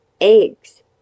Eggs